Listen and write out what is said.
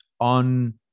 on